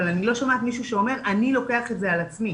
אני לא שומעת מישהו שאומר 'אני לוקח את זה על עצמי'